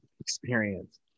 experience